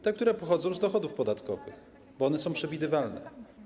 Te, które pochodzą z dochodów podatkowych, bo one są przewidywalne.